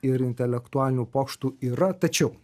ir intelektualinių pokštų yra tačiau